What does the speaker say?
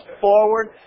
forward